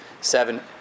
seven